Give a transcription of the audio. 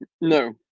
No